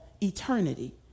eternity